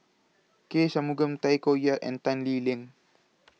K Shanmugam Tay Koh Yat and Tan Lee Leng